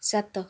ସାତ